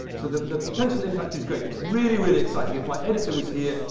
so the potential impact is great. it's really, really exciting. if my editor was here,